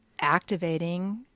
activating